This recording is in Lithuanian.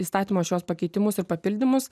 įstatymo šiuos pakeitimus ir papildymus